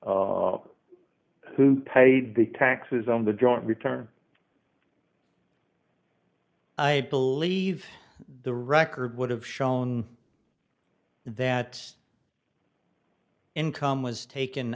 who paid the taxes on the drop return i believe the record would have shown that income was taken